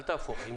יש